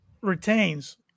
retains